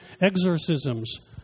exorcisms